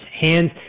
hands